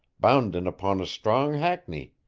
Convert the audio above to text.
bounden upon a strong hackney,